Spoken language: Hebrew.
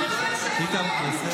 בושה.